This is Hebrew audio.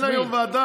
אין היום ועדה,